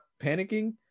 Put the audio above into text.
panicking